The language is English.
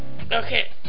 okay